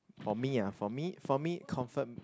for me ah for me for me comfort